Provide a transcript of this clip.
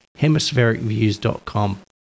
Hemisphericviews.com